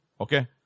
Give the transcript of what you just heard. Okay